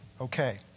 Okay